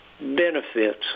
benefits